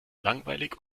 langweilig